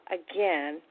again